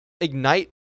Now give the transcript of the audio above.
ignite